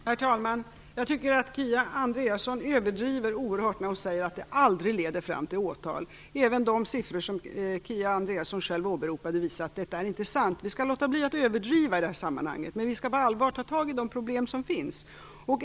Herr talman! Jag tycker att Kia Andreasson överdriver oerhört när hon säger att anmälningarna aldrig leder fram till åtal. Även de siffror som Kia Andreasson själv åberopade visar att detta inte är sant. Vi skall låta bli att överdriva i det här sammanhanget. Men vi skall på allvar ta tag i de problem som finns.